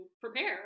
prepare